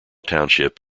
township